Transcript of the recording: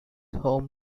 home